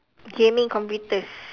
gaming computers